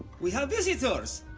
we have visitors!